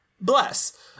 Bless